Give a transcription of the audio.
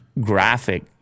graphic